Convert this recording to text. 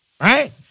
right